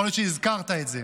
יכול להיות שהזכרת את זה.